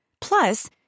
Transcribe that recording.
Plus